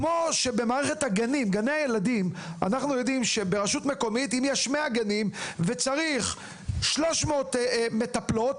זה כמו שבמערכת גני הילדים, אם צריך 300 מטפלות